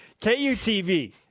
KUTV